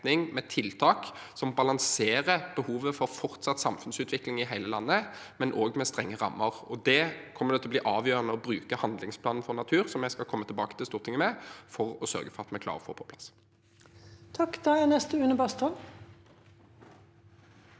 med tiltak som balanserer behovet for fortsatt samfunnsutvikling i hele landet med strenge rammer. Det kommer til å bli avgjørende å bruke handlingsplanen for natur, som jeg skal komme til Stortinget med, for å sørge for at vi klarer å få det på plass. Une Bastholm